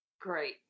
Great